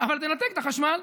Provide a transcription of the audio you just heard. אבל תנתק את החשמל.